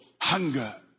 hunger